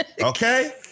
okay